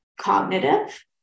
cognitive